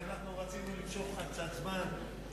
אנחנו רצינו למשוך קצת זמן.